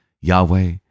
Yahweh